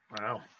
Wow